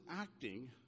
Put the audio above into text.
acting